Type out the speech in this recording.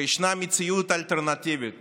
וישנה מציאות אלטרנטיבית